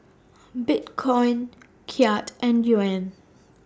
Bitcoin Kyat and Yuan